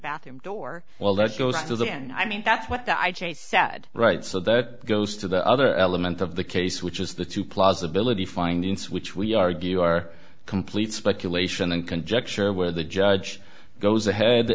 bathroom door well that's goes to the end i mean that's what i'd say sad right so that goes to the other element of the case which is the two plausibility findings which we argue are complete speculation and conjecture where the judge goes ahead